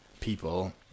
people